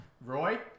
Roy